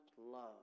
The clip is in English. love